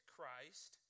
Christ